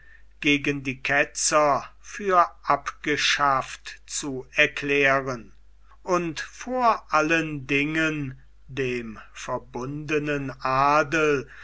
gegen die ketzer für abgeschafft zu erklären und vor allen dingen dem verbundenen adel